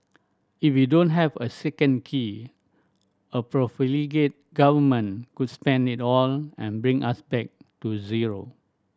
if we don't have a second key a profligate Government could spend it all and bring us back to zero